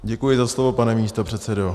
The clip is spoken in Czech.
Děkuji za slovo, pane místopředsedo.